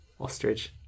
Ostrich